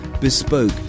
bespoke